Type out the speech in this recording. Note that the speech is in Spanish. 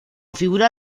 figura